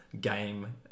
game